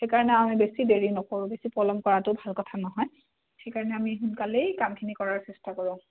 সেইকাৰণে আমি বেছি দেৰি নকৰোঁ বেছি পলম কৰাটো ভাল কথা নহয় সেইকাৰণে আমি সোনকালেই কামখিনি কৰাৰ চেষ্টা কৰোঁ